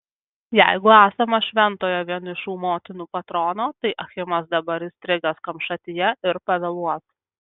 jeigu esama šventojo vienišų motinų patrono tai achimas dabar įstrigęs kamšatyje ir pavėluos